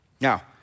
now